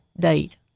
date